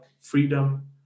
freedom